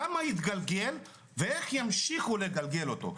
כמה התגלגל ואיך ימשיכו לגלגל אותו.